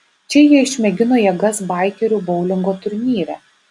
čia jie išmėgino jėgas baikerių boulingo turnyre